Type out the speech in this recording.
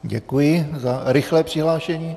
Děkuji za rychlé přihlášení.